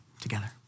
together